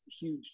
huge